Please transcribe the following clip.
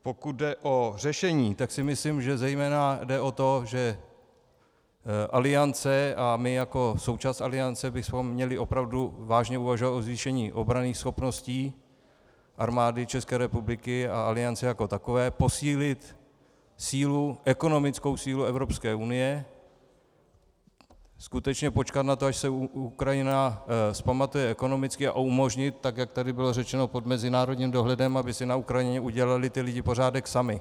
Pokud jde o řešení, tak si myslím, že zejména jde o to, že Aliance a my jako součást Aliance bychom měli opravdu vážně uvažovat o zvýšení obranných schopností Armády České republiky a Aliance jako takové, posílit ekonomickou sílu Evropské unie, skutečně počkat na to, až se Ukrajina vzpamatuje ekonomicky, a umožnit, jak tady bylo řečeno, pod mezinárodním dohledem, aby si na Ukrajině lidé udělali pořádek sami.